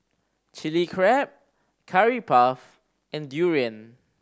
Chilli Crab Curry Puff and durian